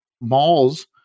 Malls